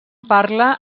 parla